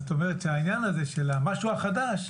זאת אומרת שהעניין הזה של המשהו החדש,